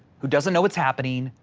who doesn't know what's happening,